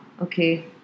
Okay